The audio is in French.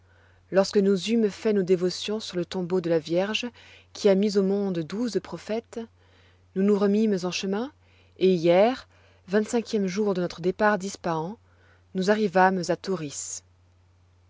lorsque nous eûmes fait nos dévotions sur le tombeau de la vierge qui a mis au monde douze prophètes nous nous remîmes en chemin et hier vingt-cinquième jour de notre départ d'ispahan nous arrivâmes à